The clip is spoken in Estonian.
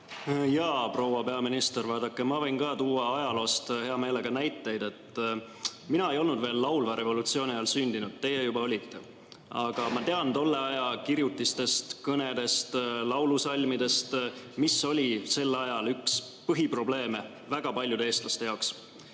Jaa, proua peaminister, vaadake, ma võin ka tuua ajaloost hea meelega näiteid. Mina ei olnud veel laulva revolutsiooni ajal sündinud, teie juba olite. Aga ma tean tolle aja kirjutistest, kõnedest ja laulusalmidest, mis oli sel ajal üks põhiprobleeme väga paljude eestlaste jaoks.